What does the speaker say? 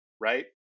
right